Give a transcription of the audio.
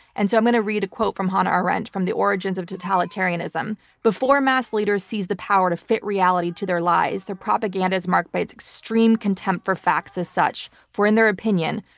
and so i'm going to read a quote from hannah arendt from the origins of totalitarianism before mass leaders seize the power to fit reality to their lies, their propaganda is marked by its extreme contempt for facts as such, for in their opinion,